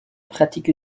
pratique